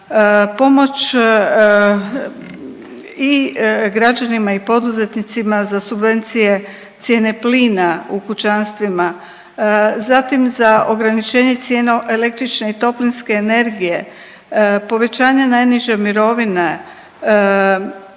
pomoć i građanima i poduzetnicima za subvencije cijene plina u kućanstvima, zatim za ograničenje cijena električne i toplinske energije, povećanja najniže mirovine,